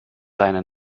deine